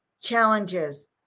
challenges